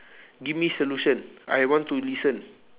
give me solution I want to listen